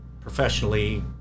professionally